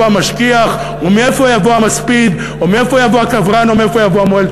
המשגיח ומאיפה יבוא המספיד ומאיפה יבוא הקברן ומאיפה יבוא המוהל.